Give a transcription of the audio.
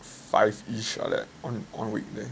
five-ish like that on weekday